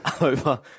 over